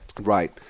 right